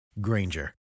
Granger